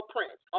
Prince